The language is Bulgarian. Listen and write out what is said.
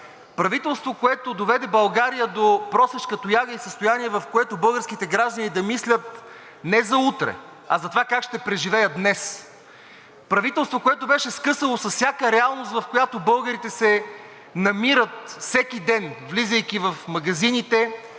правителство, което доведе България до просешка тояга и състояние, в което българските граждани да мислят не за утре, а за това как ще преживеят днес; правителство, което беше скъсало с всяка реалност, в която българите се намират всеки ден, влизайки в магазините,